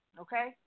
Okay